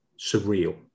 surreal